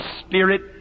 Spirit